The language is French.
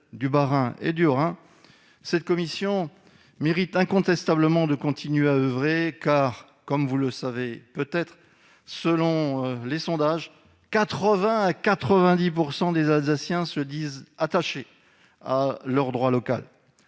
du Bas-Rhin et du Haut-Rhin », cette commission mérite incontestablement de continuer à oeuvrer, car, comme vous le savez peut-être, selon les sondages, 80 % à 90 % des Alsaciens se disent attachés à leur droit local.